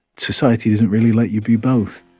society doesn't really let you be both.